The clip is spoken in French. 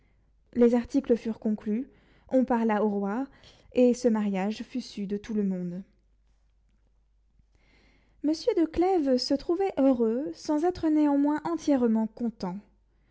les articles furent conclus on parla au roi et ce mariage fut su de tout le monde monsieur de clèves se trouvait heureux sans être néanmoins entièrement content